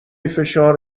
فشار